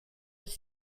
his